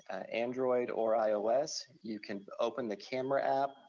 android or ios, you can open the camera app,